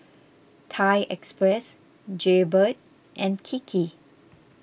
Thai Express Jaybird and Kiki